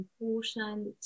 important